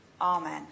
Amen